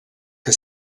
que